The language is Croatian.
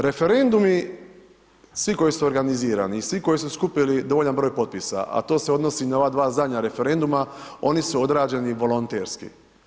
Referendumi, svi koji su organizirani i svi koji su skupili dovoljan broj potpisa, a to se odnosi na ova dva zadnja referenduma, oni su odrađeni volonterski.